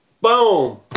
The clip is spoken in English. boom